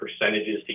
percentages